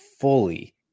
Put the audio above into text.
fully